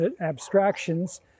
abstractions